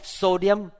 sodium